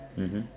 mmhmm